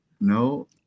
No